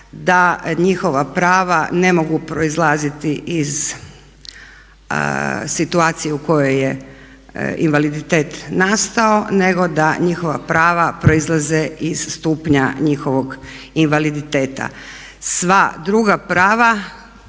da njihova prava ne mogu proizlaziti iz situacije u kojoj je invaliditet nastao nego da njihova prava proizlaze iz stupnja njihovog invaliditeta. Sva druga prava